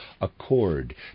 accord